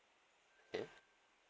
ya